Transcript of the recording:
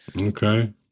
Okay